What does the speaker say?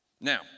Now